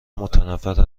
متنفر